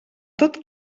tot